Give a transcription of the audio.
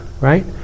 right